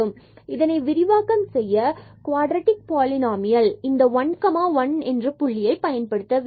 மற்றும் இதனை விரிவாக்கம் செய்ய குவாட்டர்டிக் பாலினாமியலில் இந்த 1 1 புள்ளியை பயன்படுத்த வேண்டும்